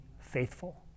faithful